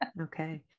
Okay